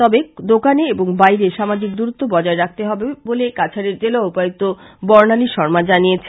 তবে দোকানে এবং বাইরে সামাজিক দূরত্ব বজায় রাখতে হবে বলে কাছাড়ের জেলা উপায়ুক্ত বর্ণালী শর্মা জানিয়েছেন